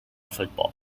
football